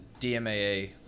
DMAA